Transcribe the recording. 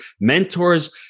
mentors